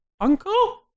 Uncle